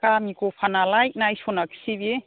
गामि गफानालाय नायस'नाखिसै बियो